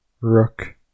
rook